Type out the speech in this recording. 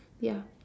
ya